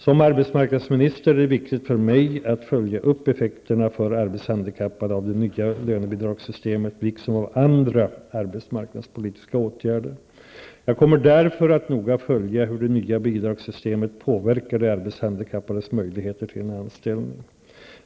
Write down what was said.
Som arbetsmarknadsminister är det viktigt för mig att följa upp effekterna för arbetshandikappade av det nya lönebidragssystemet liksom av andra arbetsmarknadspolitiska åtgärder. Jag kommer därför att noga följa hur det nya bidragssystemet påverkar de arbetshandikappades möjligheter till en anställning.